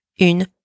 une